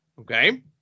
Okay